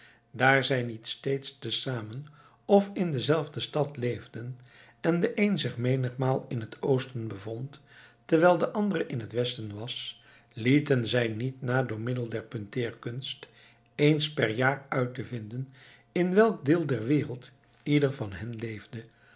daar zij niet steeds tezamen of in dezelfde stad leefden en de een zich menigmaal in het oosten bevond terwijl de andere in het westen was lieten zij niet na door middel der punteerkunst eens per jaar uit te vinden in welk deel der wereld ieder van hen leefde